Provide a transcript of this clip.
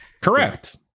Correct